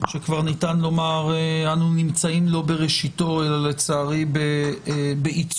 שכבר ניתן לומר שאנחנו נמצאים לא בראשיתו אלא לצערי בעיצומו.